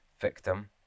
victim